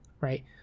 right